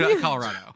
Colorado